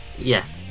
Yes